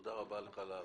תודה רבה לך על ההבהרה.